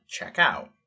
checkout